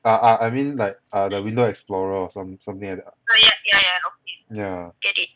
I I I mean like ah the window explorer or some something like that ah